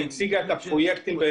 היא הציגה את הפרויקטים.